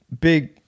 big